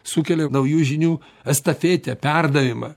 sukelia naujų žinių estafetę perdavimą